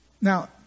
Now